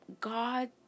God